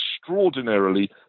extraordinarily